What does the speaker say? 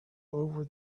over